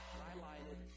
highlighted